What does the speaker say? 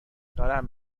دارم